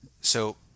So-